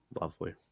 Lovely